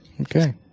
Okay